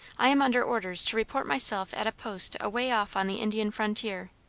i am under orders to report myself at a post away off on the indian frontier,